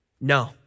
No